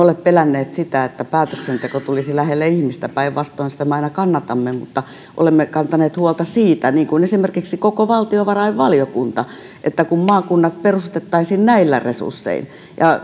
ole pelänneet sitä että päätöksenteko tulisi lähelle ihmistä päinvastoin sitä me aina kannatamme vaan se mistä me olemme kantaneet huolta niin kuin esimerkiksi koko valtiovarainvaliokunta on se että kun maakunnat perustettaisiin näillä resurssein ja